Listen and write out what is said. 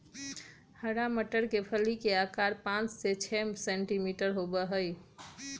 हरा मटर के फली के आकार पाँच से छे सेंटीमीटर होबा हई